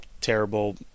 terrible